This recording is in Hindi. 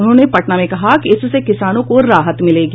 उन्होंने पटना में कहा कि इससे किसानों को राहत मिलेगी